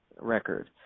record